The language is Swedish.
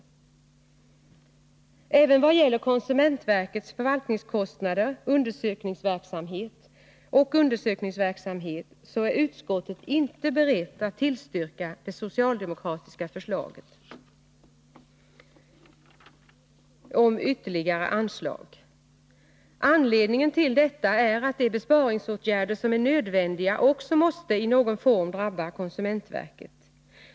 Inte heller i vad gäller konsumentverkets förvaltningskostnader och undersökningsverksamhet är utskottet berett att tillstyrka det socialdemokratiska förslaget om ytterligare anslag. Anledningen till detta är att de besparingsåtgärder som är nödvändiga också måste i någon form drabba konsumentverket.